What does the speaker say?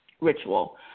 ritual